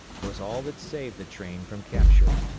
was all that saved the train from capture.